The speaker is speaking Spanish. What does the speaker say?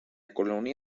colonia